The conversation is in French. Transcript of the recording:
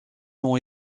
ont